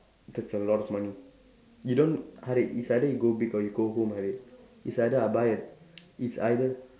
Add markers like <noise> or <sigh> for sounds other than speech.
that's a lot of money you don't Harid it's either you go big or you go home Harid it's either I buy <noise> it's either